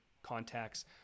contacts